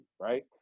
right